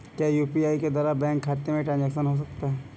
क्या यू.पी.आई के द्वारा बैंक खाते में ट्रैन्ज़ैक्शन हो सकता है?